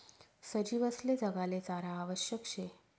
सजीवसले जगाले चारा आवश्यक शे